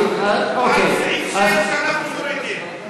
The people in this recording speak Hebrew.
עד סעיף 6 אנחנו מורידים.